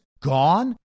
gone